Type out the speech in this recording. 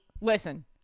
listen